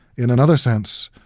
in another sense,